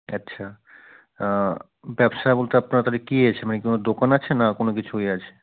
আচ্ছা ব্যবসা বলতে আপনার তাহলে কী আছে মানে কোনো দোকান আছে না কোনো কিছু ইয়ে আছে